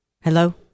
Hello